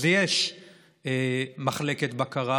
אז יש מחלקת בקרה,